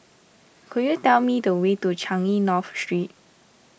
could you tell me the way to Changi North Street